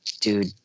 dude